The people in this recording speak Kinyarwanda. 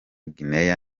guinea